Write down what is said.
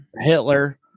Hitler